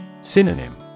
Synonym